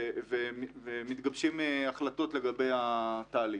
ומתגבשות החלטות לגבי התהליך.